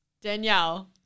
Danielle